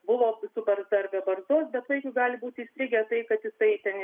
buvo su barzda ar be barzdos bet vaikui gali būti įstrigę tai kad jisai ten